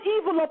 evil